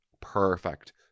perfect